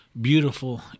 beautiful